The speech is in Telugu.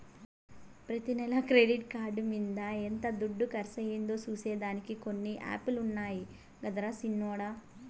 ప్రతి నెల క్రెడిట్ కార్డు మింద ఎంత దుడ్డు కర్సయిందో సూసే దానికి కొన్ని యాపులుండాయి గదరా సిన్నోడ